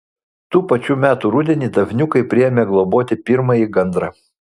tų pačių metų rudenį davniukai priėmė globoti pirmąjį gandrą